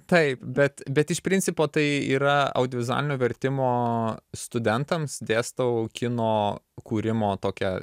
taip bet bet iš principo tai yra audiovizualinio vertimo studentams dėstau kino kūrimo tokią